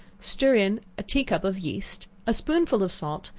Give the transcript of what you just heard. star in a tea-cup of yeast, a spoonful of salt,